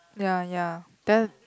ya ya there